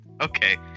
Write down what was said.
Okay